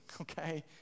Okay